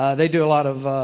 they do a lot of